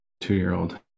two-year-old